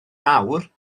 nawr